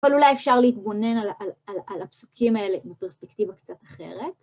אבל אולי אפשר להתבונן על הפסוקים האלה מפרספקטיבה קצת אחרת.